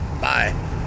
Bye